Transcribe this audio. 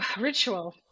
ritual